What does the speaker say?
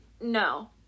No